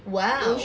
!wow!